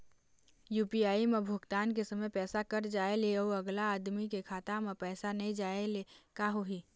UPI म भुगतान के समय पैसा कट जाय ले, अउ अगला आदमी के खाता म पैसा नई जाय ले का होही?